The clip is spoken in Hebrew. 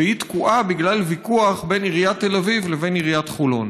והיא תקועה בגלל ויכוח בין עיריית תל אביב לבין עיריית חולון.